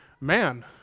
man